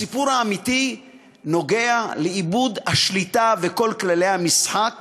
הסיפור האמיתי נוגע לאיבוד השליטה וכל כללי המשחק